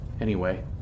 Anyway